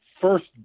first